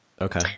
okay